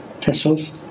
pistols